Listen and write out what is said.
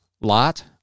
lot